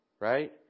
right